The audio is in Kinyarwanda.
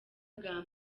bwa